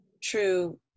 true